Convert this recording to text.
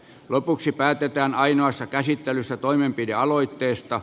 lopuksi päätetään ainoassa käsittelyssä toimenpidealoitteesta